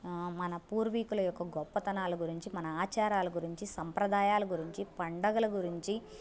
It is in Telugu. ఆ మన పూర్వీకుల యొక్క గొప్పతనాల గురించి మన ఆచారాల గురించి సంప్రదాయాల గురించి పండగల గురించి